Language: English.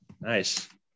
nice